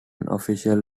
official